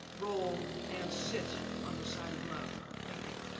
roll, and sit on the side of love. thank you.